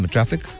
Traffic